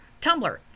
Tumblr